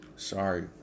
Sorry